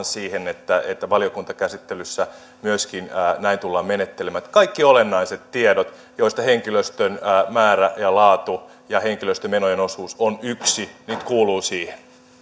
siihen että että valiokuntakäsittelyssä myöskin näin tullaan menettelemään että kaikki olennaiset tiedot joista henkilöstön määrä ja laatu ja henkilöstömenojen osuus on yksi nyt kuuluvat siihen